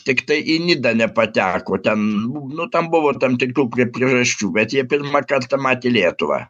tiktai į nidą nepateko ten nu ten buvo tam tiktų prie priežasčių bet jie pirmą kartą matė lietuvą